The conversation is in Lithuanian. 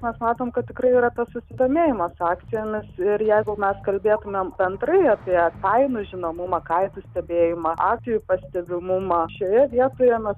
mes matom kad tikrai yra tas susidomėjimas akcijom nes ir jeigu mes kalbėtumėm bendrai apie kainų žinomumą kainų stebėjimą akcijų pastebimumą šioje vietoje na